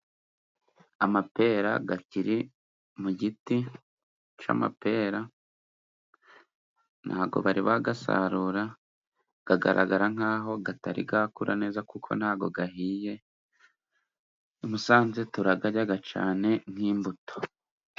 Amapera gakiri mu giti c'amapera, ntago bari bagasarura, gagaragara nk'aho gatari gakura neza kuko ntago gahiye. I Musanze turagajyaga cane nk'imbuto.